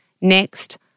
Next